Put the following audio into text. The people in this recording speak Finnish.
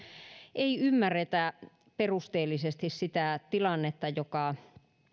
ei ymmärretä perusteellisesti sitä tilannetta joka